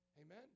Amen